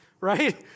right